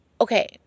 okay